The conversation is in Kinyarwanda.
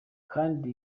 kandi